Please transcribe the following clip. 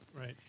Right